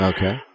Okay